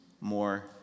more